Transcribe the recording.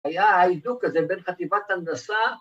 ‫היה הידוק כזה בין חטיבת הנדסה...